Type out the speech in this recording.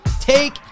take